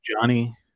johnny